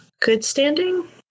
good-standing